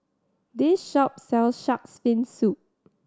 this shop sells Shark's Fin Soup